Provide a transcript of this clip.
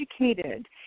educated